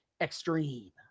Extreme